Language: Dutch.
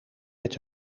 met